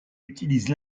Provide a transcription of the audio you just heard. utilisent